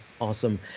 Awesome